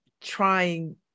trying